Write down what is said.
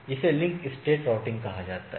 इसे link state routing कहा जाता है